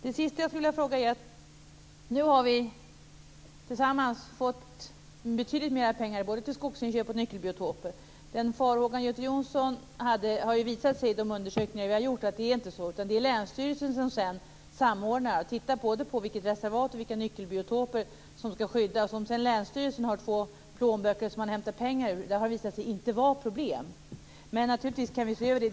Det sista jag skulle vilja fråga är följande. Nu har vi tillsammans fått betydligt mer pengar både till skogsinköp och nyckelbiotoper. Det har i de undersökningar vi har gjort visat sig att den farhågan Göte Jonsson hade är ogrundad. Det är länsstyrelsen som sedan samordnar och tittar både på vilket reservat och vilka nyckelbiotoper som skall skyddas. Att sedan länsstyrelsen har två plånböcker som den hämtar pengar ur har inte visat sig vara något problem. Men naturligtvis kan vi se över det.